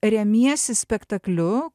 remiesi spektakliu